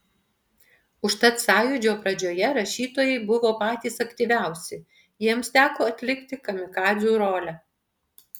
užtat sąjūdžio pradžioje rašytojai buvo patys aktyviausi jiems teko atlikti kamikadzių rolę